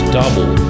double